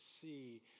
see